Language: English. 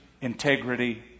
integrity